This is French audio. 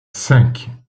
cinq